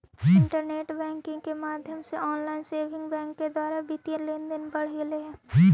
internet banking के माध्यम से ऑनलाइन सेविंग बैंक के द्वारा वित्तीय लेनदेन बढ़ गेले हइ